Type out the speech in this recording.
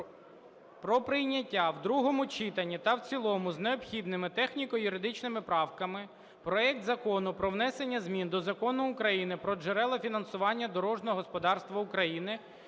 про прийняття в другому читанні та в цілому з необхідними техніко-юридичними правками проект Закону про внесення змін до Закону України "Про джерела фінансування дорожнього господарства України"